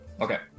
Okay